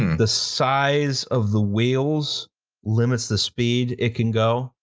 the size of the wheels limits the speed it can go,